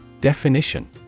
Definition